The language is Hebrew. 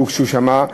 שהוגשו שם,